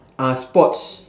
uh sports